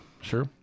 sure